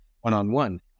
one-on-one